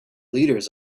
leaders